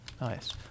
Nice